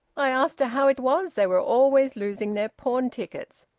i asked her how it was they were always losing their pawn-tickets.